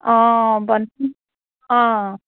অঁ ব অঁ